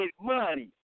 Money